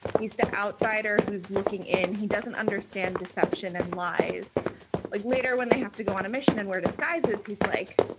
he's the outsider who's looking in. he doesn't understand deception and lies like later when they have to go on a mission and wear disguises. he's like,